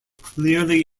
clearly